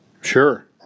Sure